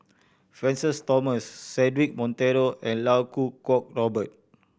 Francis Thomas Cedric Monteiro and Iau Kuo Kwong Robert